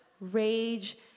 rage